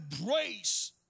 embrace